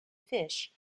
fish